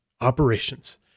operations